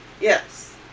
Yes